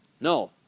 No